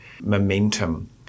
momentum